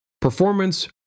Performance